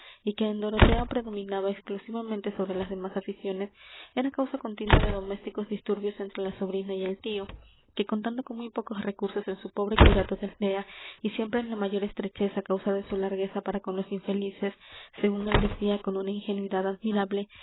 y que en dorotea predominaba exclusivamente sobre las demás aficiones era causa continua de domésticos disturbios entre la sobrina y el tío que contando con muy pocos recursos en su pobre curato de aldea y siempre en la mayor estrechez á causa de su largueza para con los infelices según él decía con una ingenuidad admirable